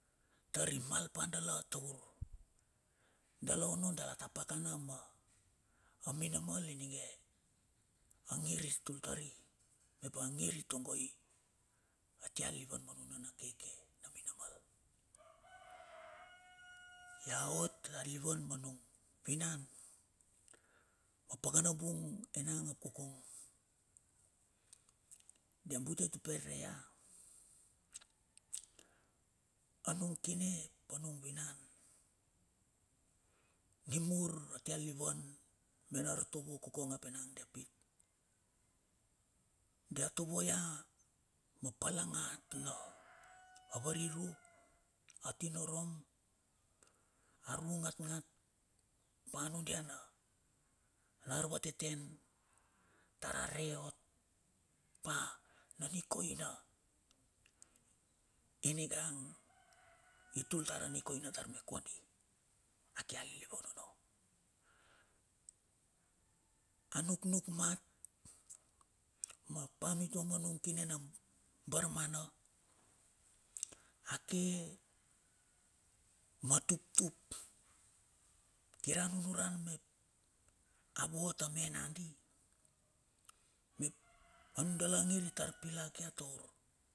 Tari mal pa dala taur dala onno dala ta pakana ma minamal ininge a ngir i tutl tari, mep a ngir i tongoi a tia lilivan ma nuna na keke na minamal ia ot alilivan ma nung vinan, ma pakana bung enang ap kokong dia bute tapere ia. Anung kine ap anung vinan nimur atia lilivan me n a ar tovo kokong ap enang dia pit, dia tovo ia ma palaga na variru atenorom, a ru gatgat pa nudia na ar vateten tar a reot pa na nikoina ininga agn i tu tar a nikoina tar me kondi a kae alilivan or no. A nuknuk mat ma pa mitua ma nung kine na barmana a ke ma tuptup kir a nunuran mep a vot a me nagandi mep nudala ngir i tar pilack ia toar.